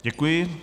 Děkuji.